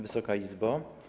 Wysoka Izbo!